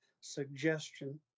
suggestion